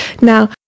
now